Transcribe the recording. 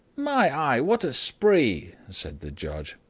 my eye! what a spree! said the judge.